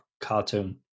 cartoon